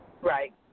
Right